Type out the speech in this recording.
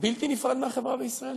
נפרד מהחברה בישראל?